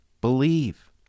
believe